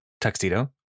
tuxedo